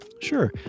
Sure